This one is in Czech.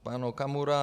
Pan Okamura.